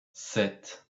sept